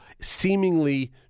seemingly